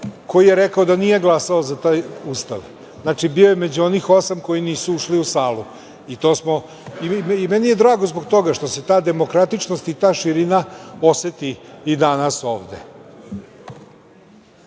koji je rekao da nije glasao za taj Ustav. Znači, bio je među onih osam koji nisu ušli u salu i meni je drago zbog toga što se ta demokratičnost i ta širina oseti i danas, ovde. Taj